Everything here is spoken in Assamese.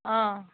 অঁ